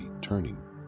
turning